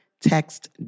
text